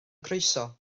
croeso